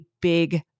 big